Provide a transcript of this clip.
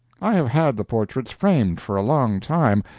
i have had the portraits framed for a long time,